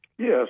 Yes